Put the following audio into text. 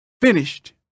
finished